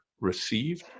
received